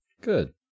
Good